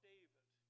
David